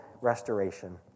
restoration